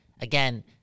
again